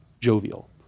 jovial